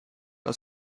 aus